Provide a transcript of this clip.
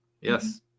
Yes